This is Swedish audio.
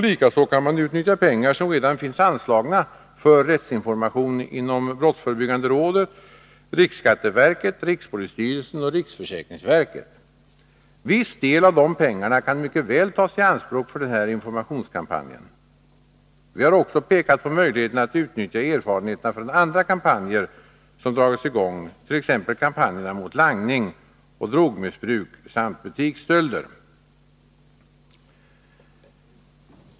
Likaså kan man utnyttja pengar, som redan finns anslagna för rättsinformation inom brottsförebyggande rådet, riksskatteverket, rikspolisstyrelsen och riksförsäkringsverket. Viss del av de pengarna kan mycket väl tas i anspråk för den här informationskampanjen. Vi har också pekat på möjligheterna att utnyttja erfarenheterna från andra kampanjer som har dragits i gång, t.ex. kampanjerna mot langning och drogmissbruk samt butiksstölder.